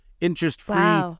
interest-free